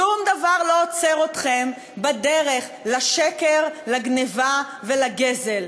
שום דבר לא עוצר אתכם בדרך לשקר, לגנבה ולגזל.